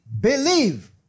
believe